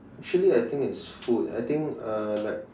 actually I think it's food I think uh like